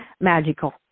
magical